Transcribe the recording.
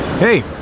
Hey